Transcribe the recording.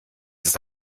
ist